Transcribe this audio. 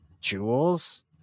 jewels